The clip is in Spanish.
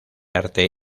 arte